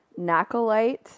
Nacolite